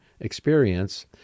Experience